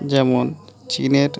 যেমন চীনের